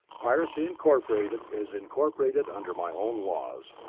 piracy incorporated is incorporated under my own laws.